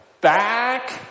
back